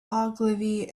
ogilvy